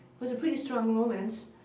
was a pretty strong romance.